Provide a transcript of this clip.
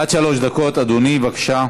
עד שלוש דקות, אדוני, בבקשה.